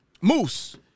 Moose